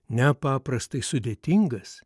nepaprastai sudėtingas